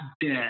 dead